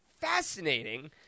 fascinating